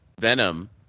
Venom